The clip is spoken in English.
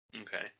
Okay